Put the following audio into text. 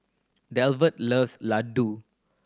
Delbert loves Ladoo